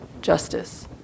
justice